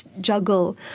juggle